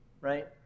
right